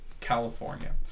California